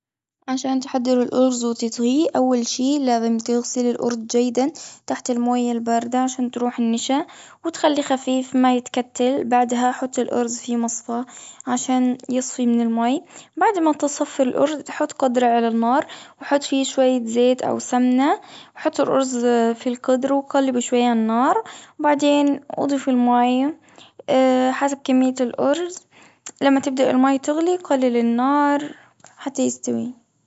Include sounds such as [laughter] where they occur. عشان تحضر الأرز وتطهيه. أول شي، لازم تغسل الأرز جيداً تحت المويه الباردة، عشان تروح النشا، وتخليه خفيف ما يتكتل. بعدها حط الأرز [hesitation] في مصفاة، عشان يصفى من المي. بعد ما تصفي الأرز تحط قدرة على النار، وحط فيه شوية زيت أو سمنة. حط الأرز في القدر، وقلب شوية على النار، وبعدين [hesitation] أضيف الميه حسب [hesitation] كمية الأرز. لما تبدأ الميه تغلي، قلل النار حتى يستوي.